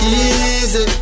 Easy